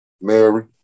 Mary